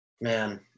man